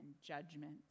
judgment